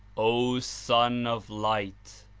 o son of light!